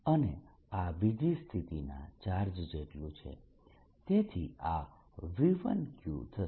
અને આ બીજી સ્થિતિના ચાર્જ જેટલું છે તેથી આ V1q થશે